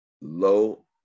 low